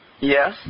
Yes